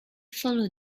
follow